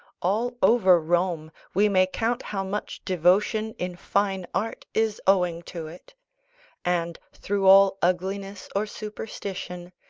all over rome we may count how much devotion in fine art is owing to it and, through all ugliness or superstition,